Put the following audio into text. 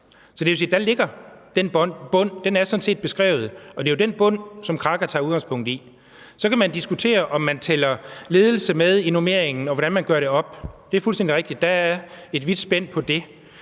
at der ligger den bund. Den er sådan set beskrevet, og det er jo den bund, som Kraka tager udgangspunkt i. Så kan man diskutere, om man tæller ledelse med i normeringen, og hvordan man gør det op. Det er fuldstændig rigtigt. Der er et vidt spænd på det.